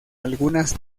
algunas